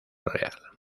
real